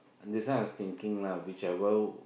that's why I was thinking lah whichever